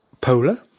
Polar